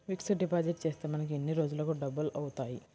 Fixed deposit చేస్తే మనకు ఎన్ని రోజులకు డబల్ అవుతాయి?